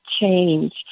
change